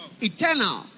eternal